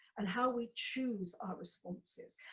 and how we choose our responses.